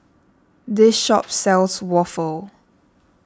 this shop sells Waffle